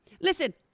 Listen